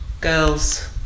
girls